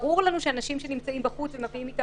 ברור לנו שאנשים שנמצאים בחוץ ומביאים אתם